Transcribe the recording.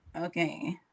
okay